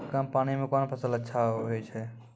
कम पानी म कोन फसल अच्छाहोय छै?